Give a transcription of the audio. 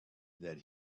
that